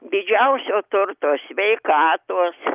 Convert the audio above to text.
didžiausio turto sveikatos